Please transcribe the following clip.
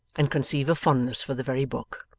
and conceive a fondness for the very book.